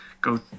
go